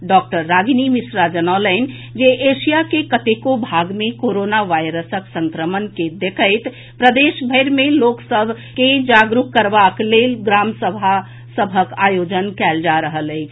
doctor Ragini Mishra जनौलनि जे Asia के कतेको भाग मे कोरोना वायरसक संक्रमण के देखैत प्रदेशभरि मे लोक सभ के जागरूक करबाक लेल ग्रामसभा सभक आयोजन कयल जा रहल अछि